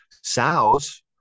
sows